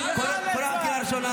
תן לי זמן,